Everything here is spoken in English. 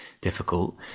difficult